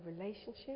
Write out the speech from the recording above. relationship